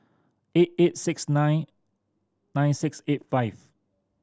eight eight six nine nine six eight five